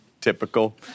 typical